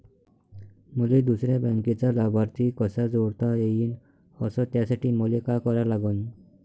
मले दुसऱ्या बँकेचा लाभार्थी कसा जोडता येईन, अस त्यासाठी मले का करा लागन?